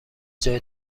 جای